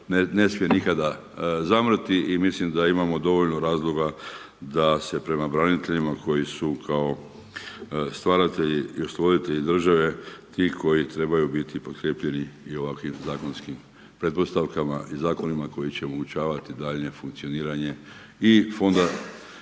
ne smije nikada zamrijeti i mislim da imamo dovoljno razloga da se prema braniteljima koji su kao stvaratelji i stvoritelji države ti koji trebaju biti potkrijepljeni i ovakvim zakonskim pretpostavkama i zakonima koji će omogućavati daljnje funkcioniranje i fonda